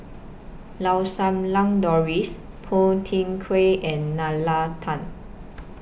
Lau Sum Lang Doris Phua Thin Kiay and Nalla Tan